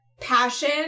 passion